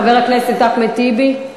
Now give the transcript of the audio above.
חבר הכנסת אחמד טיבי,